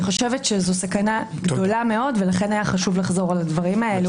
אני חושבת שזו סכנה גדולה מאוד ולכן היה חשוב לחזור על הדברים האלה,